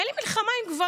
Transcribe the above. אין לי מלחמה עם גברים,